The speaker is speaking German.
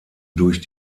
durch